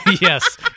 Yes